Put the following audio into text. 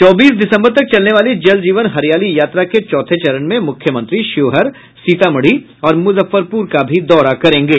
चौबीस दिसंबर तक चलने वाली जल जीवन हरियाली यात्रा के चौथे चरण में मुख्यमंत्री शिवहर सीतामढ़ी और मुजफ्फरपुर का भी दौरा करेंगे